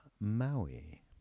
Maui